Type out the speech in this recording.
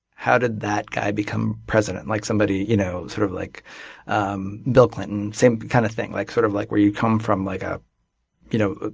how did that guy become president? like somebody you know sort of like um bill clinton, same kind of thing like sort of like where you come from like ah you know,